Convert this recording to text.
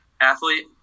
athlete